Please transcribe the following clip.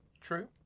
True